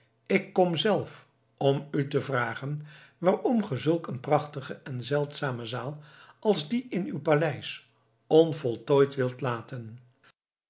ik kom zelf om u te vragen waarom ge zulk een prachtige en zeldzame zaal als die in uw paleis onvoltooid wilt laten